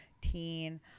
teen